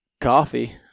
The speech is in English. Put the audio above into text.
coffee